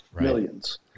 millions